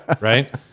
right